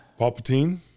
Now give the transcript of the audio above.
Palpatine